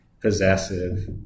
possessive